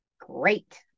great